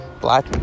Black